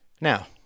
now